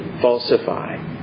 falsify